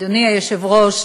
אדוני היושב-ראש,